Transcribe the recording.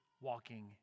walking